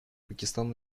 пакистан